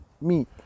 Meat